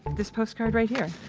this postcard right here. ah,